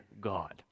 God